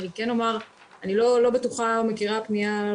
אני כן אומר שאני לא בטוחה ומכירה פנייה.